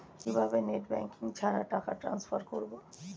কিভাবে net banking ছাড়া টাকা ট্রান্সফার করবো?